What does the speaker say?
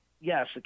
yes